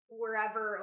wherever